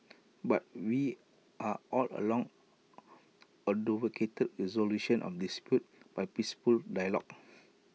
but we are all along advocated resolution of disputes by peaceful dialogue